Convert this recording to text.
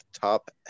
top